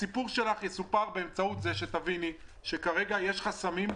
הסיפור שלך יסופר באמצעות זה שתביני שכרגע יש חסמים,